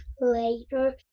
later